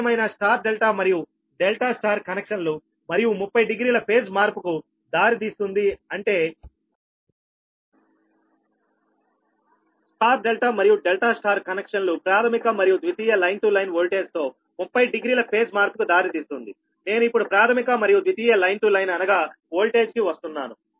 ఏదేమైనా star delta మరియు delta star కనెక్షన్లు మరియు 30 డిగ్రీల ఫేజ్ మార్పుకు దారితీస్తుందిఅంటే స్టార్ డెల్టా మరియు డెల్టా స్టార్ కనెక్షన్లు ప్రాథమిక మరియు ద్వితీయ లైన్ టు లైన్ వోల్టేజ్ తో 30 డిగ్రీల ఫేజ్ మార్పుకు దారితీస్తుందినేను ఇప్పుడు ప్రాథమిక మరియు ద్వితీయ లైన్ టు లైన్ అనగా ఓల్టేజ్ కు వస్తున్నాను